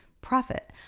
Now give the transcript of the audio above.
profit